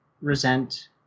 resent